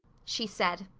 she said.